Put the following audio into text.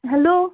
hello